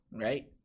right